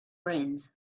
brains